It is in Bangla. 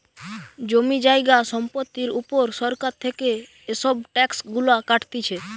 জমি জায়গা সম্পত্তির উপর সরকার থেকে এসব ট্যাক্স গুলা কাটতিছে